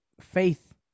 faith